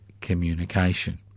communication